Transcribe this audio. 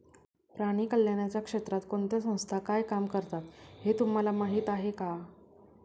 प्राणी कल्याणाच्या क्षेत्रात कोणत्या संस्था काय काम करतात हे तुम्हाला माहीत आहे का?